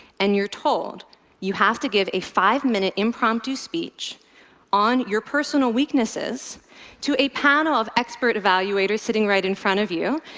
and you're told you have to give a five-minute impromptu speech on your personal weaknesses to a panel of expert evaluators sitting right in front of you,